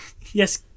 Yes